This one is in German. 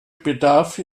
bedarf